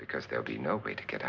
because there'll be nobody to get